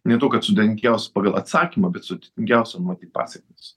ne tuo kad sudėtingiausias pagal atsakymą bet sudėtingiausiom motyvacijomis